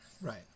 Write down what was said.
right